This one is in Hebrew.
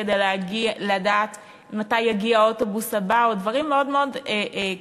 כדי לדעת מתי יגיע האוטובוס הבא או דברים מאוד מאוד קטנים